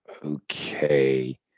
Okay